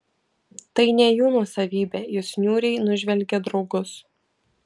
tai ne jų nuosavybė jis niūriai nužvelgė draugus